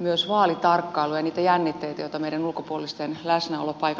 myös vaalitarkkailua ja niitä jännitteitä joita meidän ulkopuolisten läsnäolo paikalla saattaa aiheuttaa